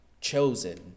chosen